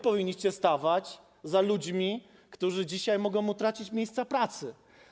Powinniście stawać za ludźmi, którzy dzisiaj mogą utracić miejsca pracy.